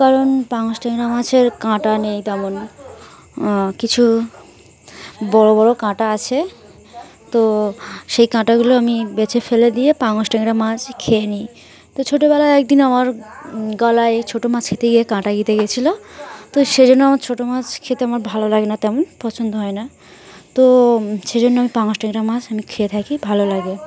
কারণ পাঙাশ ট্যাংড়া মাছের কাঁটা নেই তেমন কিছু বড়ো বড়ো কাঁটা আছে তো সেই কাঁটাগুলো আমি বেছে ফেলে দিয়ে পাঙাশ ট্যাংড়া মাছ খেয়ে নিই তো ছোটোবেলায় একদিন আমার গলায় ছোটো মাছ খেতে গিয়ে কাঁটা গেঁথে গিয়েছিলো তো সেই জন্য আমার ছোটো মাছ খেতে আমার ভালো লাগে না তেমন পছন্দ হয় না তো সেজন্য আমি পাঙাশ ট্যাংড়া মাছ আমি খেয়ে থাকি ভালো লাগে